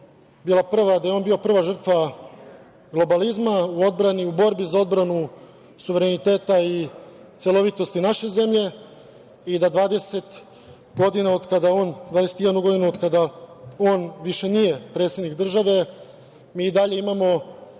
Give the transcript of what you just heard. bih to da je on bio prva žrtva globalizma u borbi za odbranu suvereniteta i celovitosti naše zemlje i da 20 godina, 21 godinu od kada on više nije predsednik države mi i dalje imamo